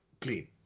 clean